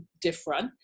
different